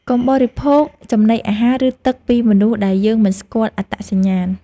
កុំបរិភោគចំណីអាហារ ឬទឹកពីមនុស្សដែលយើងមិនស្គាល់អត្តសញ្ញាណ។